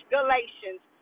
Galatians